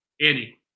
Andy